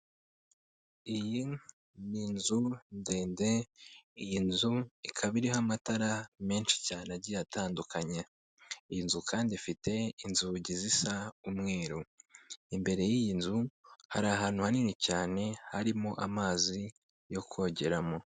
Iyi ni inzu ndende, iyi nzu ikaba iriho amatara menshi cyane agiye atandukanye. Iyi nzu kandi ifite inzugi zisa umweru. Imbere y'iyi nzu hari ahantu hanini cyane harimo amazi yo kogeramo.